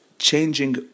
changing